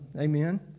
Amen